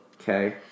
Okay